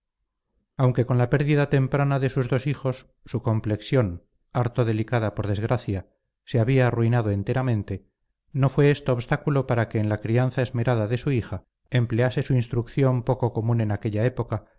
aunque con la pérdida temprana de sus dos hijos su complexión harto delicada por desgracia se había arruinado enteramente no fue esto obstáculo para que en la crianza esmerada de su hija emplease su instrucción poco común en aquella época